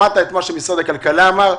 שמעת את מה שמשרד הכלכלה אמר,